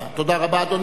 תודה רבה, אדוני.